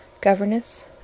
governess